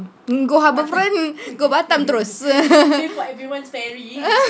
go harbourfront go batam terus